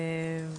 כן.